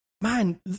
man